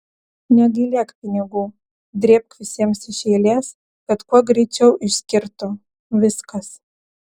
negailėk pinigų drėbk visiems iš eilės kad kuo greičiau išskirtų viskas